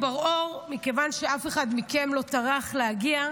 מכיוון שאף אחד מכם לא טרח להגיע,